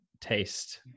taste